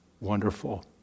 wonderful